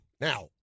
Now